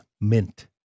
mint